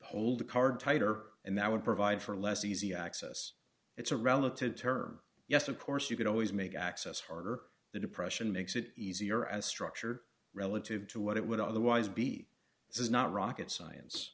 hold the card tighter and that would provide for less easy access it's a relative term yes of course you could always make access harder the depression makes it easier as structure relative to what it would otherwise be this is not rocket science